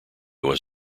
was